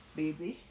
baby